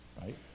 right